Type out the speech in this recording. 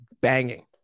banging